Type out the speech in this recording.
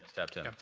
tab ten,